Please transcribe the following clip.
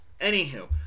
Anywho